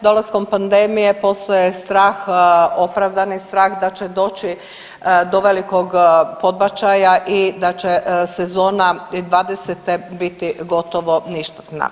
Dolaskom pandemije postaje strah, opravdani strah da će doći do velikog podbačaja i da će sezona 2020. biti gotovo ništatna.